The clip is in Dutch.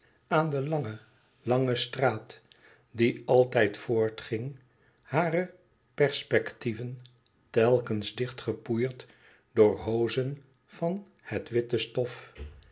aan de lange lange straat die altijd voortging hare perspectieven telkens dichtgepoeierd door hoozen van het witte stof